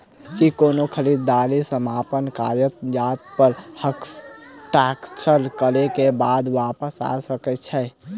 की कोनो खरीददारी समापन कागजात प हस्ताक्षर करे केँ बाद वापस आ सकै है?